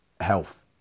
health